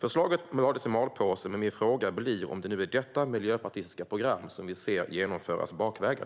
Förslaget lades i malpåse, men min fråga blir om det är detta miljöpartistiska program vi nu ser genomföras bakvägen.